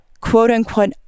quote-unquote